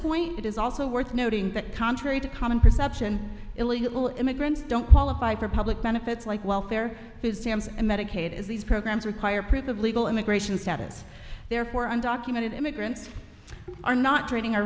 point it is also worth noting that contrary to common perception illegal immigrants don't qualify for public benefits like welfare food stamps and medicaid as these programs require proof of legal immigration status therefore undocumented immigrants are not draining our